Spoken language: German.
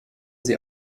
sie